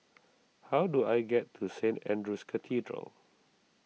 how do I get to Saint andrew's Cathedral